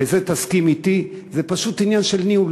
ותסכים אתי, זה פשוט עניין של ניהול.